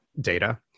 data